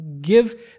give